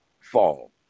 fall